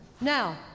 Now